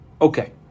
Okay